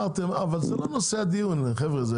אבל זה לא נושא הדיון, חבר'ה.